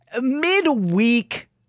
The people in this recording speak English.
midweek